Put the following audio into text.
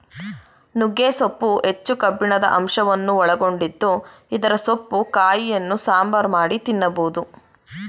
ನುಗ್ಗೆ ಸೊಪ್ಪು ಹೆಚ್ಚು ಕಬ್ಬಿಣದ ಅಂಶವನ್ನು ಒಳಗೊಂಡಿದ್ದು ಇದರ ಸೊಪ್ಪು ಕಾಯಿಯನ್ನು ಸಾಂಬಾರ್ ಮಾಡಿ ತಿನ್ನಬೋದು